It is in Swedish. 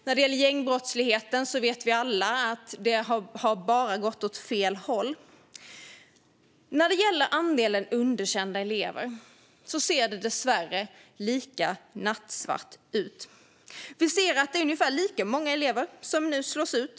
När det gäller gängbrottsligheten vet vi alla att det bara har gått åt fel håll. När det gäller andelen underkända elever ser det tyvärr lika nattsvart ut. Det är ungefär lika många elever som slås ut.